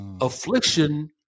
Affliction